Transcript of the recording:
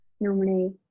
Normally